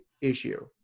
issue